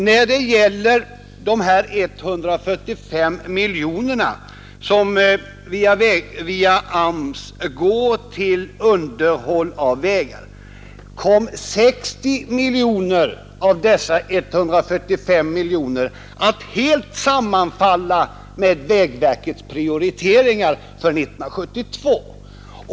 När det gäller de 145 miljoner kronor som via arbetsmarknadsstyrelsen går till underhåll av vägar kommer 60 miljoner att helt sammanfalla med vägverkets prioriteringar för 1972.